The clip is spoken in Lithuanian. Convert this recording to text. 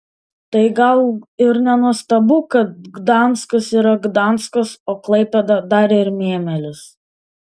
tai gal ir nenuostabu kad gdanskas yra gdanskas o klaipėda dar ir mėmelis